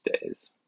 days